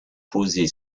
poser